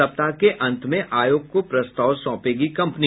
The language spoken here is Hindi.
सप्ताह के अंत में आयोग को प्रस्ताव सौंपेगी कम्पनी